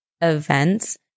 events